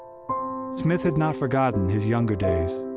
smith had not forgotten his younger days,